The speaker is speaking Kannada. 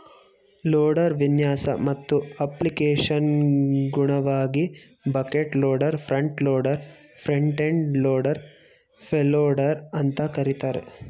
ಲೋಡರ್ ವಿನ್ಯಾಸ ಮತ್ತು ಅಪ್ಲಿಕೇಶನ್ಗನುಗುಣವಾಗಿ bucket loader front loader frontend loader payloader ಅಂತ ಕರೀತಾರೆ